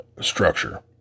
structure